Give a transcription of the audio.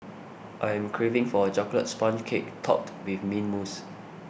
I am craving for a Chocolate Sponge Cake Topped with Mint Mousse